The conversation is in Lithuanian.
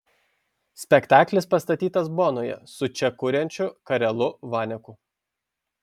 spektaklis pastatytas bonoje su čia kuriančiu karelu vaneku